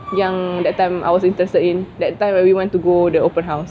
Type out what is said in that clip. yang that time I was interested in that time when we want to go the open house